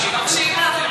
רק שידע,